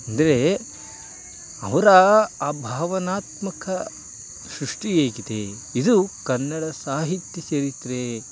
ಅಂದರೆ ಅವರ ಆ ಭಾವನಾತ್ಮಕ ಸೃಷ್ಟಿ ಹೇಗಿದೆ ಇದು ಕನ್ನಡ ಸಾಹಿತ್ಯ ಚರಿತ್ರೆ